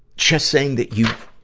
just saying that you